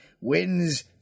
wins